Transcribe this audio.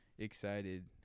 excited